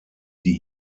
die